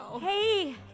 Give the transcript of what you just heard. Hey